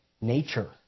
nature